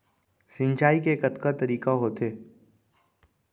सिंचाई के कतका तरीक़ा होथे?